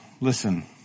Listen